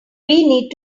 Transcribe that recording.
need